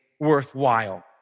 Worthwhile